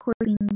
according